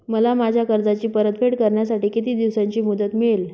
मला माझ्या कर्जाची परतफेड करण्यासाठी किती दिवसांची मुदत मिळेल?